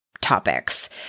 topics